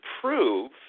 prove